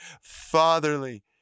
fatherly